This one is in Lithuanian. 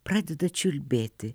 pradeda čiulbėti